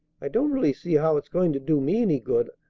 i don't really see how it's going to do me any good.